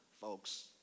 folks